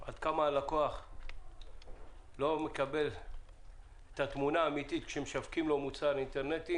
עד כמה הלקוח לא מקבל את התמונה האמיתית עת משווקים לו מוצר אינטרנטי